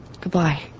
Goodbye